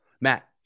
Matt